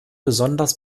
besonders